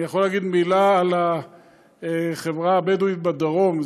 אני יכול להגיד מילה על החברה הבדואית בדרום,